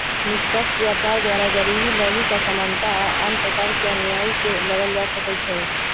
निष्पक्ष व्यापार द्वारा गरीबी, लैंगिक असमानता आऽ आन प्रकार के अनिआइ से लड़ल जा सकइ छै